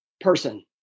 person